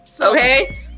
Okay